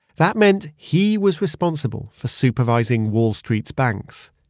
that meant he was responsible for supervising wall street's banks,